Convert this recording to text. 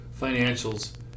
financials